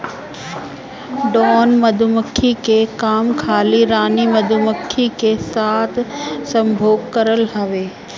drone मधुमक्खी के काम खाली रानी मधुमक्खी के साथे संभोग करल हवे